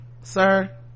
Sir